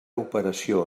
operació